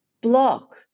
block